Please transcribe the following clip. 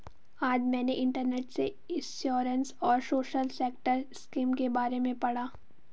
आज मैंने इंटरनेट से इंश्योरेंस और सोशल सेक्टर स्किम के बारे में पढ़ा